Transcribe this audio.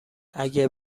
اگه